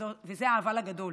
וזה האבל הגדול,